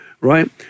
right